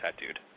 tattooed